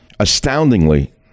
Astoundingly